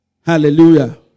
Hallelujah